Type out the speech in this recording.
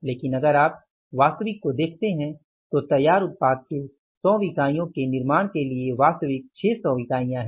लेकिन अगर आप वास्तविक को देखते हैं तो तैयार उत्पाद के 100 इकाइयों के निर्माण के लिए वास्तविक 600 इकाइयां हैं